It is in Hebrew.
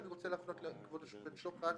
שאני רוצה להפנות לכבוד השופט שוחט,